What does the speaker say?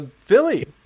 Philly